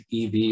EV